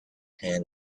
hand